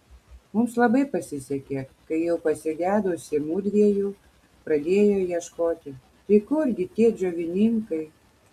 mums labai pasisekė kai jau pasigedusi mudviejų pradėjo ieškoti tai kurgi tie džiovininkai